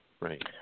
Right